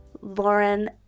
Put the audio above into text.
Lauren